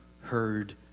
heard